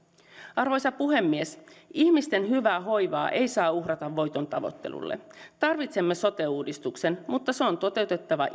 arvoisa puhemies ihmisten hyvää hoivaa ei saa uhrata voiton tavoittelulle tarvitsemme sote uudistuksen mutta se on toteutettava